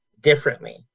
differently